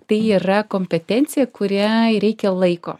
tai yra kompetencija kuriai reikia laiko